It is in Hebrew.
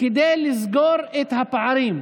כדי לסגור את הפערים.